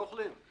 לא אוכלים.